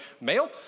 male